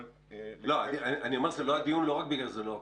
אבל --- זה לא הדיון לא בגלל שזה לא הקורונה,